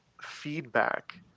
feedback